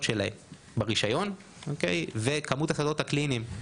שלהם ברישיון וכמות השדות הקליניים,